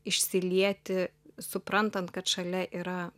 išsilieti suprantant kad šalia yra